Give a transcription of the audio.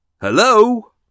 Hello